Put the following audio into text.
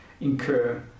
incur